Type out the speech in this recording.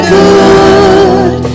good